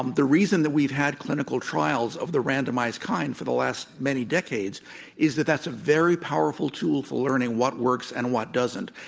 um the reason that we've had clinical trials of the randomized kind for the last many decades is that that's a very powerful tool for learning what works and what doesn't.